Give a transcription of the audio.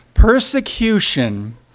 persecution